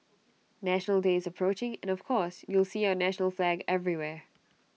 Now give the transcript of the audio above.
National Day is approaching and of course you'll see our national flag everywhere